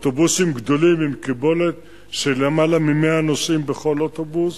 אוטובוסים גדולים עם קיבולת של יותר מ-100 נוסעים בכל אוטובוס,